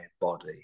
body